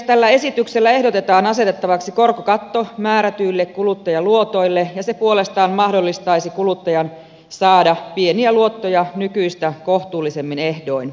tällä esityksellä ehdotetaan asetettavaksi korkokatto määrätyille kuluttajaluotoille ja se puolestaan mahdollistaisi kuluttajan saada pieniä luottoja nykyistä kohtuullisemmin ehdoin